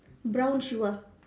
brown shoe ah